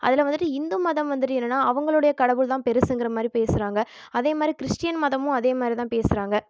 அதில் வந்துவிட்டு இந்து மதம் வந்துவிட்டு என்னென்னா அவங்களுடைய கடவுள் தான் பெருசுங்குறமாதிரி பேசுறாங்க அதேமாதிரி கிறிஸ்டின் மதமும் அதேமாதிரி தான் பேசுறாங்க